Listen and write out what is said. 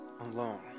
alone